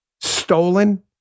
stolen